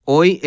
Hoy